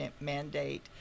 mandate